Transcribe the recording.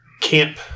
camp